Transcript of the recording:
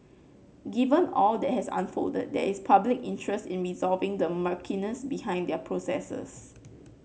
given all that has unfolded there is public interest in resolving the murkiness behind their processes